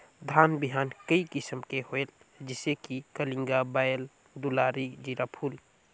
धान बिहान कई किसम के होयल जिसे कि कलिंगा, बाएल दुलारी, जीराफुल?